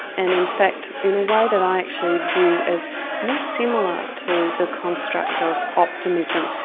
and in fact in a way that i actually view as more similar to the construct of optimism,